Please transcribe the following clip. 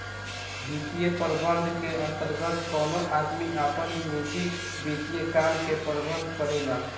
वित्तीय प्रबंधन के अंतर्गत कवनो आदमी आपन निजी वित्तीय काम के प्रबंधन करेला